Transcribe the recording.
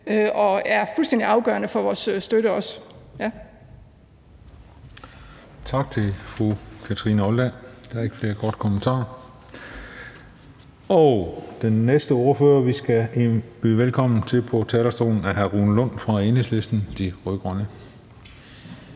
også fuldstændig afgørende for vores støtte.